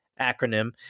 acronym